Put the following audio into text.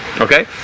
okay